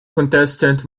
contestant